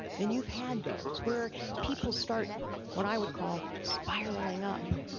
and you've had those, where people start, what i would call spiraling up.